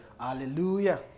Hallelujah